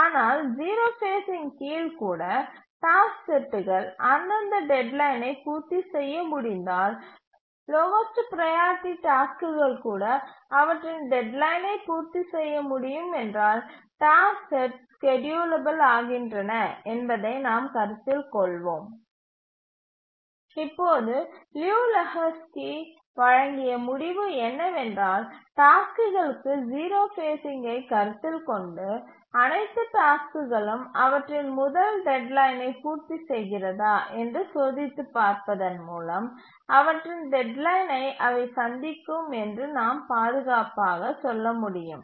ஆனால் 0 ஃபேஸ்சிங் கீழ் கூட டாஸ்க் செட்டுகள் அந்தந்த டெட்லைனை பூர்த்தி செய்ய முடிந்தால் லோவஸ்ட் ப்ரையாரிட்டி டாஸ்க்குகள் கூட அவற்றின் டெட்லைனை பூர்த்தி செய்ய முடியும் என்றால் டாஸ்க் செட் ஸ்கேட்யூலபில் ஆகின்றன என்பதை நாம் கருத்தில் கொள்வோம் இப்போது லியு லெஹோஸ்கி வழங்கிய முடிவு என்னவென்றால் டாஸ்க்குகளுக்கு 0 ஃபேஸ்சிங்கை கருத்தில் கொண்டு அனைத்து டாஸ்க்குகளும் அவற்றின் முதல் டெட்லைனை பூர்த்தி செய்கிறதா என்று சோதித்துப் பார்ப்பதன் மூலம் அவற்றின் டெட்லைனை அவை சந்திக்கும் என்று நாம் பாதுகாப்பாக சொல்ல முடியும்